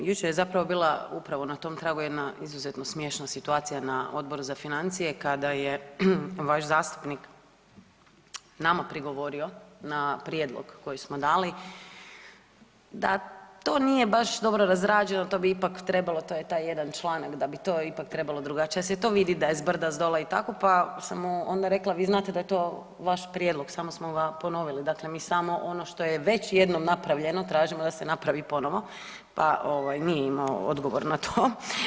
Da, jučer je zapravo bila upravo na tom tragu jedna izuzetno smiješna situacija na Odboru za financije kada je vaš zastupnik nama prigovorio na prijedlog koji smo dali da to nije baš dobro razrađeno, to bi ipak trebalo, to je taj jedan članak, da bi to ipak trebalo drugačije, da se to vidi da zbrda-zdola i tako, pa sam mu onda rekla vi znate da je to vaš prijedlog, samo smo ga ponovili, dakle mi samo ono što je već jednom napravljeno, tražimo da se napravi ponovo, pa nije imao odgovor na to.